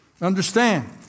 Understand